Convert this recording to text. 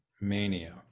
mania